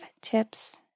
tips